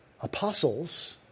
Apostles